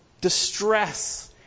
distress